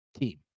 team